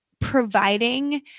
providing